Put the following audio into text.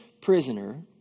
prisoner